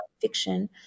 fiction